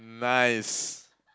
nice